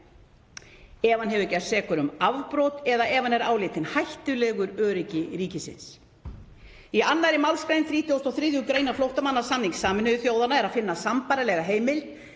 ef hann hefur gerst sekur um afbrot, eða ef hann er álitinn hættulegur öryggi ríkisins. Í 2. mgr. 33. gr. flóttamannasamnings Sameinuðu þjóðanna er að finna sambærilega heimild.